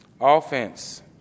Offense